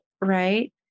right